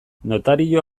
notario